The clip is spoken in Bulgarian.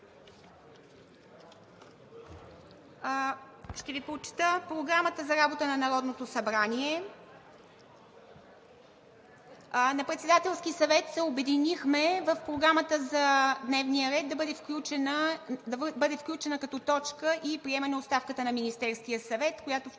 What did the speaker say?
Ще Ви прочета Програмата за работа на Народното събрание. На Председателския съвет се обединихме в Програмата за дневния ред да бъде включена като точка и приемане оставката на Министерския съвет, която